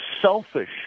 selfish